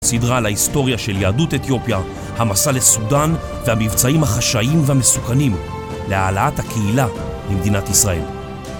סדרה על ההיסטוריה של יהדות אתיופיה, המסע לסודן והמבצעים החשאיים והמסוכנים להעלאת הקהילה למדינת ישראל.